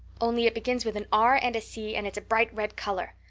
only it begins with an r and a c and it's bright red color.